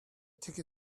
take